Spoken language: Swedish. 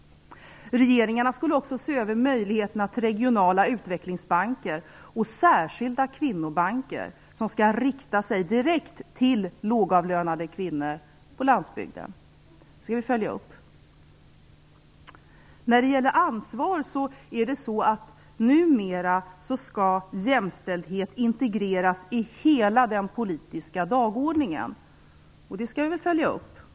Regeringarna skall också se över möjligheterna till regionala utvecklingsbanker och särskilda kvinnobanker som skall rikta sig direkt till lågavlönade kvinnor på landsbygden. Det skall vi följa upp. Numera skall ansvaret för jämställdhet integreras i hela den politiska dagordningen. Det skall vi följa upp.